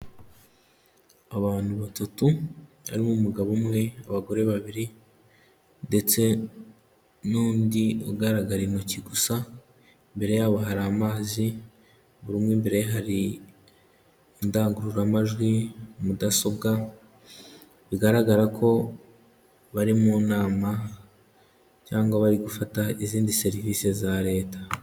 Abantu batatu, harimo umugabo umwe abagore babiri ndetse n'undi ugaragara intoki gusa, mbere yabo hari amazi buri umwe mbere hari indangururamajwi, mudasobwa bigaragara ko bari mu nama cyangwa bari gufata izindi serivise za leta.